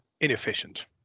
inefficient